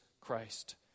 Christ